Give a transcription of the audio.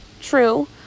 True